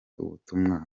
ubutumwa